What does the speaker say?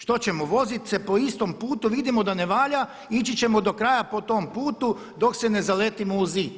Što ćemo voziti se po istom putu a vidimo da ne valja i ići ćemo do kraja po tom putu dok se ne zaletimo u zid?